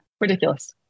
Ridiculous